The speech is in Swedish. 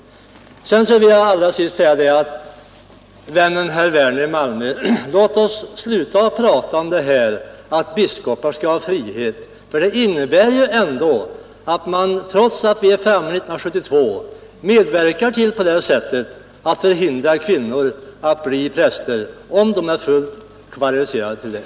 Allra sist vill jag säga till vännen Werner i Malmö: Låt oss sluta att prata om att biskopar skall ha frihet. Det innebär ju ändå att vi — trots att det nu är år 1972 — medverkar till att hindra kvinnor att bli präster, om de är fullt kvalificerade till det.